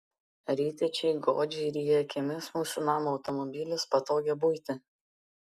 rytiečiai godžiai ryja akimis mūsų namą automobilius patogią buitį